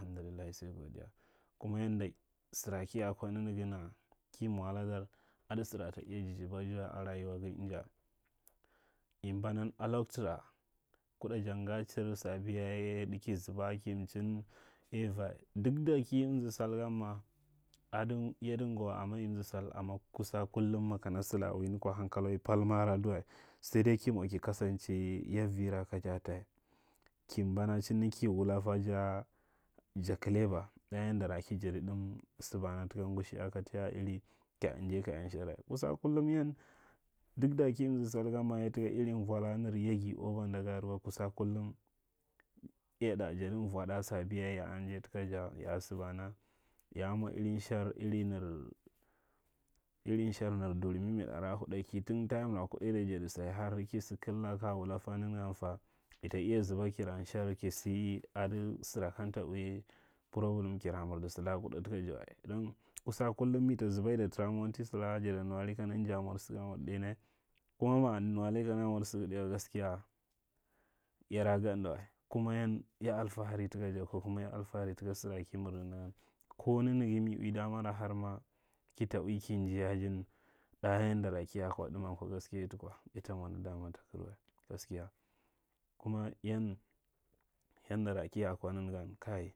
Handullahi sai godiya kuma yanda sara kiya kwa nanaga nara ki mwa laar ada sora ta iya jijibaji wa. Akwa rayawa ga inja ambanan a loktura kuɗa ja ngachir sabiyaye ki zuba ki mechin aiva. Duk da ka amza sai gan ma, adoi yada ngwa wa, ama yamza sai, ama kus makana salake kwa handllahi pal ma adowa. Sai dai ki mwa ki kasance yauiha kajata. Ki mbanacihnni ki wula fa ja, ja kaleba. Yandara ki jadi ɗam sabana taka ngushi a kataya’a iri kaya’a jai kaya nshara. Kusa kulum yan, duk da ki amza sal gan ma, yyada taka vwa laka nir yagi iri oba nda ga arewa, kusa kulum iyaɗa jadi vwaɗa sabi yaye ya’a njai taka jay a a samana. Ya a mwa iri nshar iri nir, iri nshar nir duri mimidi are a huɗa ki, tun tayimra kuɗa ita jadi sa, har ki sa kal kaya wuta la, nanagam fa, ita iya zuba kure nshar ku sa ata ada sara kamta ui problem kara marda ga laka ada kuɗa jaw a. Don kusa kulum mita zuba ita tara monti, sala, jada nuwari kana inja amuar sa, a mwar ɗainya kuma maja nuwari a mwar saɗga, gaskiya yada ganda wa, kuma yan ya alfahari taka ja kuma ya alfahari taka sara ki murdi nan. Ko nanaga mi ui damara har ma ki ta ui kin jai ajin da yandara kiya da ɗaman kwa gaskiya i tukwa. Ya ta mwa nadama takar wa gaskiya kuma yan, yandara kiya kwa nanagan, kai.